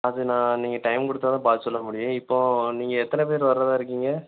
அது நான் நீங்கள் டைம் கொடுத்தா தான் பார்த்து சொல்ல முடியும் இப்போது நீங்கள் எத்தனை பேர் வர்றதாக இருக்கீங்க